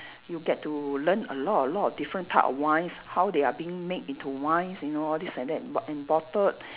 you get to learn a lot a lot of different type of wines how they are being made into wines you know all this and that bot~ and bottled